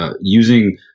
using